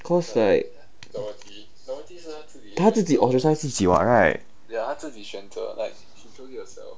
cause like 她自己 ostracise 自己 [what] right